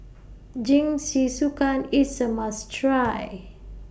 Jingisukan IS A must Try